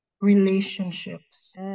relationships